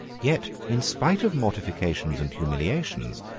yet, in spite of mortifications and humiliations,